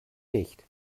nicht